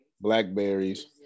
blackberries